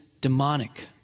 demonic